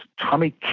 Tommy